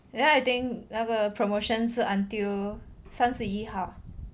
then I think 那个 promotion 是 until 三十一号